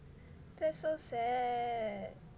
that's so sad